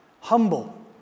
humble